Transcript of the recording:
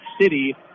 City